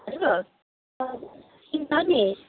team छ नि